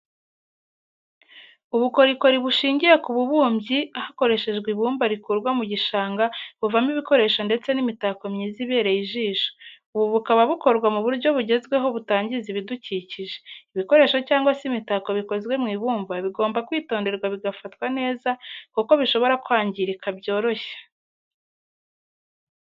Ubukorikori bushingiye ku bubumbyi hakoreshejwe ibumba rikurwa mu gishanga buvamo ibikoresho ndetse n'imitako myiza ibereye ijisho, ubu bukaba bukorwa mu buryo bugezweho butangiza ibidukikije, ibikoresho cyangwa se imitako bikozwe mu ibumba bigomba kwitonderwa bigafatwa neza kuko bishobora kwangirika byoroshye.